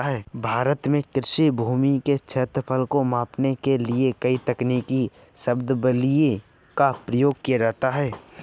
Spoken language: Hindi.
भारत में कृषि भूमि के क्षेत्रफल को मापने के लिए कई तकनीकी शब्दावलियों का प्रयोग किया जाता है